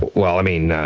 well, i mean,